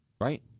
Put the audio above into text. Right